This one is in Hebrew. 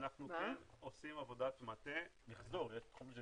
אנחנו כן עושים עבודת מטה --- מחזור של פלסטיק.